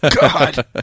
God